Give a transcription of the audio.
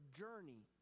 journey